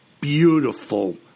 beautiful